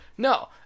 No